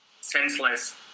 senseless